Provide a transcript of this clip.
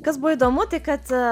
kas buvo įdomu tai kad